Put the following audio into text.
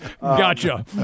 Gotcha